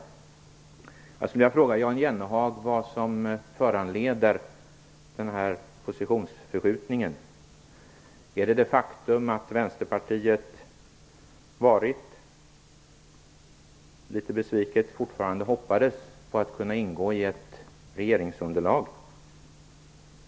Jag skulle vilja fråga Jan Jennehag vad som föranleder den här positionsförskjutningen. Är det det faktum att Vänsterpartiet varit en del av och litet besviket fortfarande hoppades kunna ingå i ett regeringsunderlag?